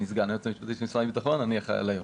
אני סגן היועץ המשפטי של משרד הביטחון ואני אחראי על איו"ש.